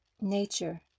Nature